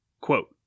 Quote